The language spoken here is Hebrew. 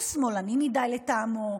הוא שמאלני מדי לטעמו,